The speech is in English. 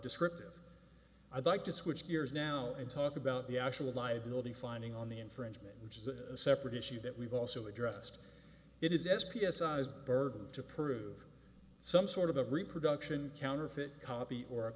descriptive i'd like to switch gears now and talk about the actual liability finding on the infringement which is a separate issue that we've also addressed it is s p s i's burden to prove some sort of a reproduction counterfeit copy or